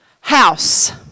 house